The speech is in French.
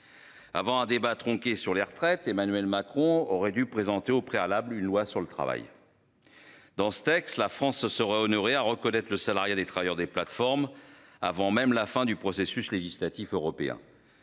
Avant un débat tronqué. Sur les retraites, Emmanuel Macron aurait dû présenter au préalable une loi sur le travail. Dans ce texte, la France serait honorée à reconnaître le salariat des travailleurs des plateformes avant même la fin du processus législatif européen.